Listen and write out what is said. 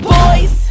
boys